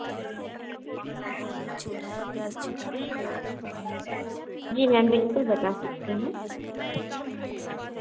जी ma'am बिल्कुल बता सकते हैं